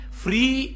free